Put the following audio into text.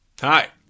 Hi